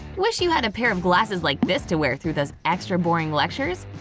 wish you had a pair of glasses like this to wear through those extra-boring lectures?